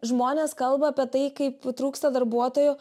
žmonės kalba apie tai kaip trūksta darbuotojų